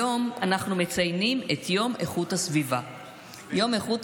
היום אנחנו מציינים את יום איכות הסביבה העולמי.